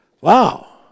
Wow